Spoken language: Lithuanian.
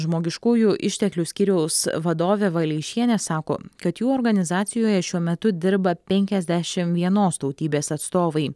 žmogiškųjų išteklių skyriaus vadovė valeišienė sako kad jų organizacijoje šiuo metu dirba penkiasdešim vienos tautybės atstovai